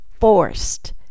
forced